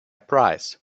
price